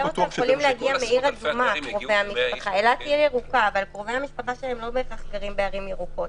קרובי המשפחה שלהם לא בהכרח גרים בערים ירוקות.